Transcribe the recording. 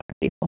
people